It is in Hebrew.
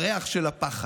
הריח של הפחד.